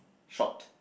short